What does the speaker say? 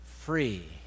free